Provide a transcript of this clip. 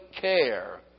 care